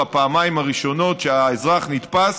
בפעמיים הראשונות שהאזרח נתפס,